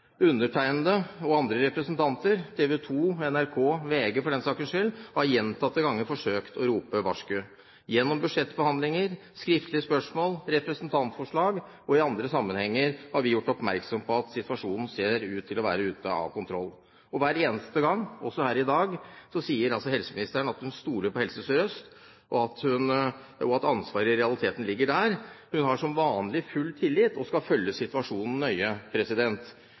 Undertegnede, andre representanter, TV 2 og NRK – og VG, for den saks skyld – har gjentatte ganger forsøkt å rope varsku. Gjennom budsjettbehandlinger, skriftlige spørsmål, representantforslag og i andre sammenhenger har vi gjort oppmerksom på at situasjonen ser ut til å være ute av kontroll. Og hver eneste gang, også her i dag, sier helseministeren at hun stoler på Helse Sør-Øst, at ansvaret i realiteten ligger der; hun har som vanlig full tillit og skal følge situasjonen nøye.